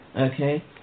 Okay